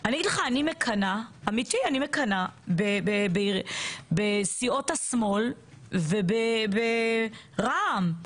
אני מקנאת, אמיתי, בסיעות השמאל וברע"מ.